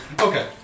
Okay